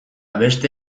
beste